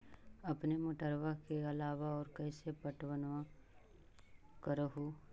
अपने मोटरबा के अलाबा और कैसे पट्टनमा कर हू?